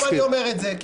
למה אני אומר את זה?